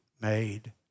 made